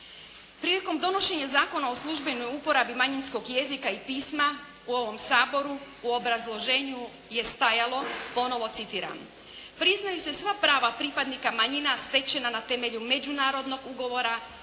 Prilikom donošenja Zakona o službenoj uporabi manjinskog jezika i pisma u ovom Saboru u obrazloženju je stajalo ponovo citiram: “Priznaju se sva prava pripadnika manjina stečena na temelju međunarodnog ugovora